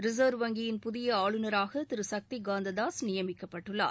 reserve வங்கியின் புதிய ஆளுநராக திரு சக்தி காந்ததாஸ் நியமிக்கப்பட்டுள்ளார்